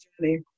journey